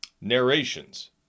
narrations